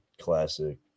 classic